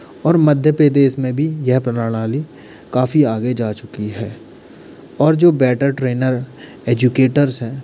और मध्य प्रदेश मे भी ये प्रणाली काफी आगे जा चुकी है और जो बेटर ट्रेनर एजुकेटर्स हैं